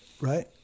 Right